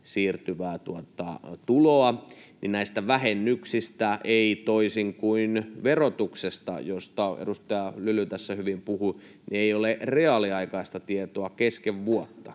siirtyvää tuloa, ja näistä vähennyksistä ei, toisin kuin verotuksesta, josta edustaja Lyly tässä hyvin puhui, ole reaaliaikaista tietoa kesken vuotta.